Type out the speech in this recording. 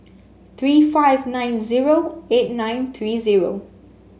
three five nine zero eight nine three zero